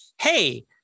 Hey